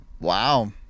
Wow